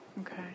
Okay